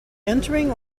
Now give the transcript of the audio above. entering